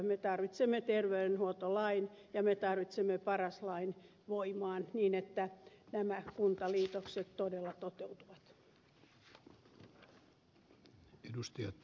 me tarvitsemme terveydenhuoltolain ja me tarvitsemme paras lain voimaan niin että nämä kuntaliitokset todella toteutuvat